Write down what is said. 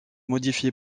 modifié